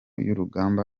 y’urugamba